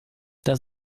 das